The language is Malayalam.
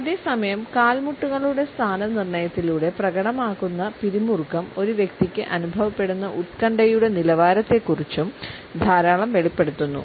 അതേസമയം കാൽമുട്ടുകളുടെ സ്ഥാനനിർണ്ണയത്തിലൂടെ പ്രകടമാകുന്ന പിരിമുറുക്കം ഒരു വ്യക്തിക്ക് അനുഭവപ്പെടുന്ന ഉത്കണ്ഠയുടെ നിലവാരത്തെക്കുറിച്ചും ധാരാളം വെളിപ്പെടുത്തുന്നു